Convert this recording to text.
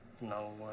no